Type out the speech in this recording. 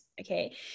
Okay